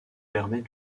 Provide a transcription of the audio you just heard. permet